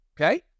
okay